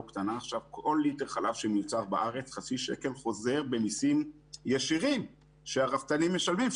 קטנה חצי שקל חוזר במיסים ישירים שהרפתנים משלמים,